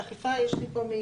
אכיפה יש לי פה,